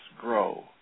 grow